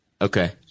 Okay